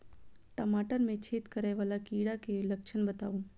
टमाटर मे छेद करै वला कीड़ा केँ लक्षण बताउ?